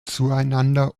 zueinander